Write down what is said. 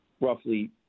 roughly